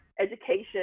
education